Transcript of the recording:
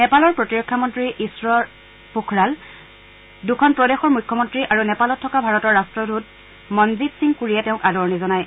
নেপালৰ প্ৰতিৰক্ষা মন্ত্ৰী ঈশ্বৰ পোখৰাল দুখন প্ৰদেশৰ মুখ্যমন্ত্ৰী আৰু নেপালত থকা ভাৰতৰ ৰট্টদূত মনজিৱ সিং কুৰীয়ে তেওঁক আদৰণি জনায়